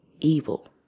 evil